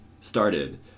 started